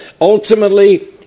Ultimately